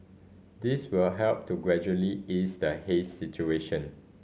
this will help to gradually ease the haze situation